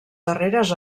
darreres